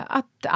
Att